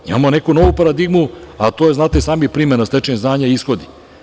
Imamo neku novu paradigmu, a to je znate i sami, primena stečenih znanja i ishodi.